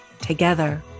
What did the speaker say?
together